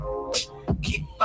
Keep